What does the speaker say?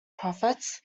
profits